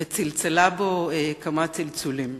וצלצלה בו כמה צלצולים.